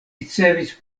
ricevis